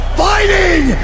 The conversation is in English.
Fighting